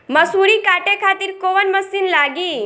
मसूरी काटे खातिर कोवन मसिन लागी?